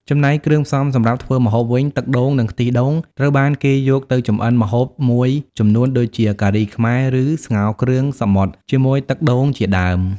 ចំណែកគ្រឿងផ្សំសម្រាប់ធ្វើម្ហូបវិញ ទឹកដូង និងខ្ទិះដូងត្រូវបានគេយកទៅចម្អិនម្ហូបមួយចំនួនដូចជា ការីខ្មែរ ឬ ស្ងោរគ្រឿងសមុទ្រជាមួយទឹកដូង ជាដើម។